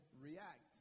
react